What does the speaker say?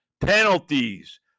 Penalties